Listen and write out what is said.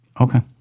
Okay